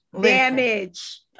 Damage